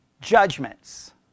judgments